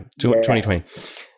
2020